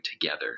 together